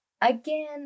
again